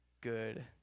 good